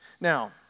Now